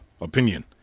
opinion